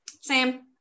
Sam